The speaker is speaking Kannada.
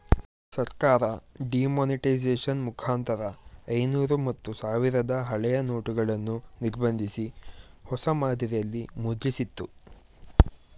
ಸರ್ಕಾರ ಡಿಮಾನಿಟೈಸೇಷನ್ ಮುಖಾಂತರ ಐನೂರು ಮತ್ತು ಸಾವಿರದ ಹಳೆಯ ನೋಟುಗಳನ್ನು ನಿರ್ಬಂಧಿಸಿ, ಹೊಸ ಮಾದರಿಯಲ್ಲಿ ಮುದ್ರಿಸಿತ್ತು